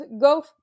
go